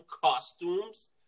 costumes